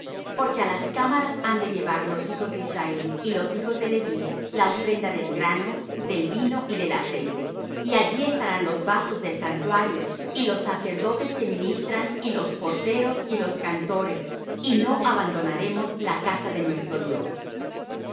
porque á las cámaras han de llevar los hijos de israel y los hijos de leví la ofrenda del grano del vino y del aceite y allí estarán los vasos del santuario y los sacerdotes que ministran y los porteros y los cantores y no abandonaremos la casa de nuestro dios